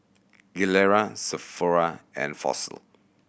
Gilera Sephora and Fossil